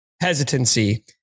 hesitancy